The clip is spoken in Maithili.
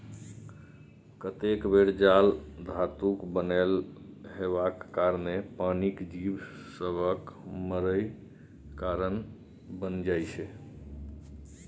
कतेक बेर जाल धातुक बनल हेबाक कारणेँ पानिक जीब सभक मरय केर कारण बनि जाइ छै